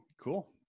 cool